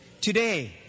Today